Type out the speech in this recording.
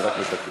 אני רק מתקן.